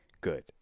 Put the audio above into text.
good